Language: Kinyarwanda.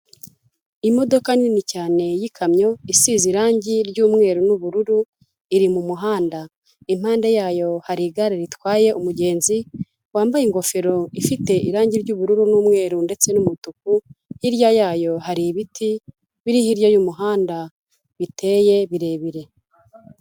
Imodoka nini cyane y'ikamyo, isize irangi ry'umweru n'ubururu iri mu muhanda, impande yayo hari igare ritwaye umugenzi wambaye ingofero ifite irangi ry'ubururu n'umweru ndetse n'umutuku, hirya yayo hari ibiti biri hirya y'umuhanda biteye birebire.